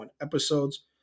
episodes